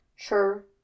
Sure